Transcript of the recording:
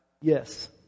yes